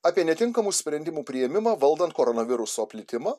apie netinkamų sprendimų priėmimą valdant koronaviruso plitimą